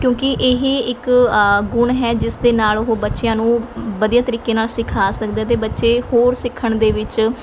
ਕਿਉਂਕਿ ਇਹ ਇੱਕ ਗੁਣ ਹੈ ਜਿਸ ਦੇ ਨਾਲ਼ ਉਹ ਬੱਚਿਆਂ ਨੂੰ ਵਧੀਆ ਤਰੀਕੇ ਨਾਲ਼ ਸਿਖਾ ਸਕਦਾ ਅਤੇ ਬੱਚੇ ਹੋਰ ਸਿੱਖਣ ਦੇ ਵਿੱਚ